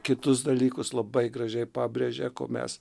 kitus dalykus labai gražiai pabrėžia ko mes